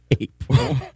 April